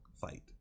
fight